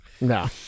No